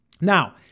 Now